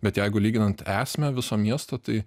bet jeigu lyginant esmę viso miesto tai